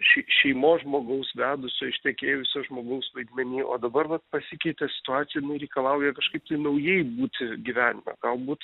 šei šeimos žmogaus vedusio ištekėjusio žmogaus vaidmeny o dabar vat pasikeitė situacija ir jinai reikalauja kažkaip tai naujai būti gyven galbūt